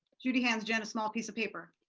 judy hands jen a small piece of paper.